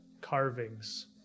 carvings